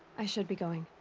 i should be going.